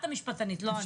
את המשפטנית, לא אני.